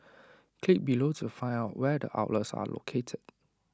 click below to find out where the outlets are located